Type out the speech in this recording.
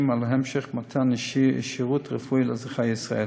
על המשך מתן שירות רפואי לאזרחי ישראל.